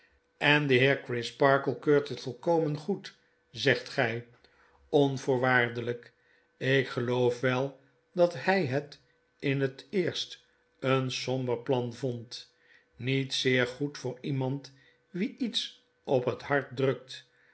en de heer crisparkle keurt het volkomen goed zegt gij aonvoorwaardelijk ik geloof wel dathijhet in het eerst een somber plan vond niet zeer foed voor iemand wien iets op het hart drukt